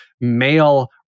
male